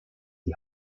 die